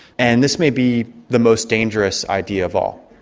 and this may be the most dangerous idea of all.